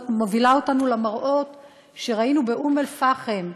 מובילה אותנו למראות שראינו באום-אלפחם,